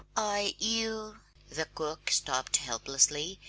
i you the cook stopped helplessly,